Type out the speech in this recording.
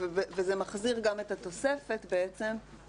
וזה מחזיר גם את התוספת של רמזור.